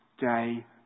day